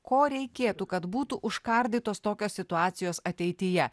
ko reikėtų kad būtų užkardytos tokios situacijos ateityje